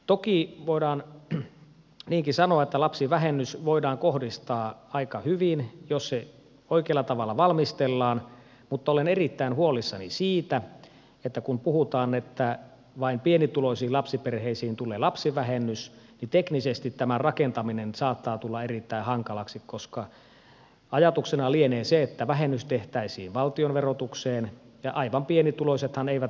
toki voidaan niinkin sanoa että lapsivähennys voidaan kohdistaa aika hyvin jos se oikealla tavalla valmistellaan mutta olen erittäin huolissani siitä että kun puhutaan että vain pienituloisiin lapsiperheisiin tulee lapsivähennys niin teknisesti tämän rakentaminen saattaa tulla erittäin hankalaksi koska ajatuksena lienee se että vähennys tehtäisiin valtionverotukseen ja aivan pienituloisethan eivät valtionveroa maksakaan